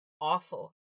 awful